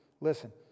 listen